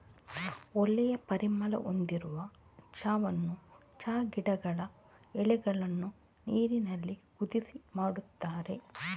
ಒಳ್ಳೆ ಪರಿಮಳ ಹೊಂದಿರುವ ಚಾವನ್ನ ಚಾ ಗಿಡದ ಎಲೆಗಳನ್ನ ನೀರಿನಲ್ಲಿ ಕುದಿಸಿ ಮಾಡ್ತಾರೆ